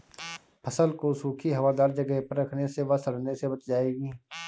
फसल को सूखी, हवादार जगह पर रखने से वह सड़ने से बच जाएगी